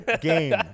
game